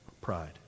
pride